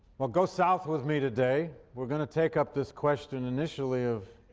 well, go south with me today. we're going to take up this question initially of